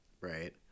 right